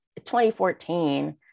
2014